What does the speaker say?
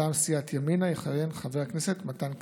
מטעם סיעת ימינה יכהן חבר הכנסת מתן כהנא.